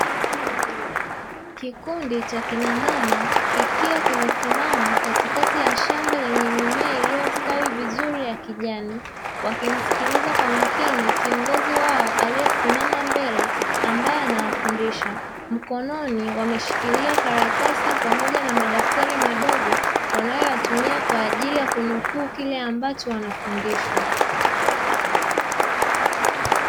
Kikundi cha kina mama kikiwa kimesimama katikati ya shamba lenye mimea iliyostawi vizuri ya kijani, wakimsikiliza kwa makini kiongozi wao aliyesimama mbele ambaye anawafundisha. Mkononi wameshikilia karatasi pamoja na madaftari madogo; wanayoyatumia kwa ajili ya kunukuu kile ambacho wanafundishwa.